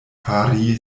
fari